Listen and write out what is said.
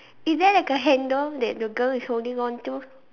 is there like a handle that the girl is holding on to